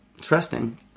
trusting